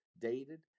dated